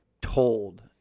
told